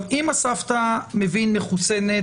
אם הסבתא מחוסנת,